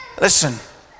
Listen